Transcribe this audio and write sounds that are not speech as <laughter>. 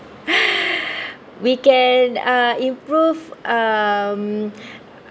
<breath> we can uh improve um <breath>